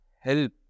help